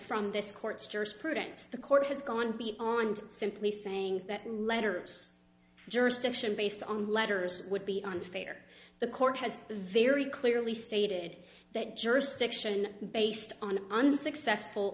from this court's jurisprudence the court has gone beyond simply saying that letters jurisdiction based on letters would be unfair the court has a very clearly stated that jurisdiction based on unsuccessful